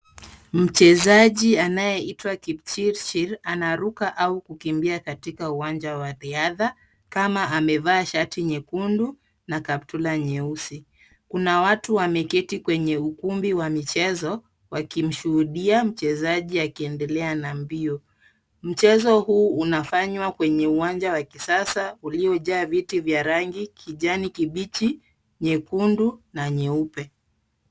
Mchezaji anayeitwa Kipchirchir anaruka au kukimbia katika uwanja wa riadha, kama amevaa shati nyekundu na kaptura nyeusi. Kuna watu wameketi kwenye ukumbi wa michezo wakimshuhudia mchezaji akiendelea na mbio. Mchezo huu unafanywa kwenye uwanja wa kisasa uliojaa viti vya rangi kijani kibichi, nyekundu na nyeupe.